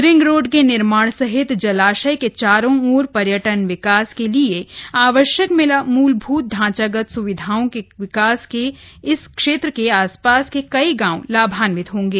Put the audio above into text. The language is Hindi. रिंग रोड के निर्माण सहित जलाशय के चारों ओर पर्यटन विकास के लिए आवश्यक मूलभूत ढांचागत स्विधाओं के विकास से इस क्षेत्र के आसपास के कई गांव लाभान्वित होंगे